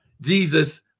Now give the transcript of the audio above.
Jesus